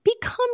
become